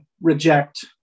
reject